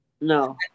no